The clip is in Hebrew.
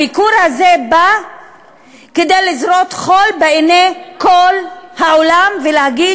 הביקור הזה בא לזרות חול בעיני כל העולם ולהגיד